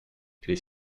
est